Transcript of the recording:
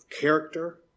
character